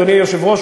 אדוני היושב-ראש,